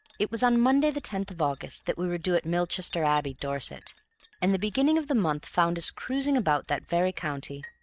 it was on monday, the tenth of august, that we were due at milchester abbey, dorset and the beginning of the month found us cruising about that very county,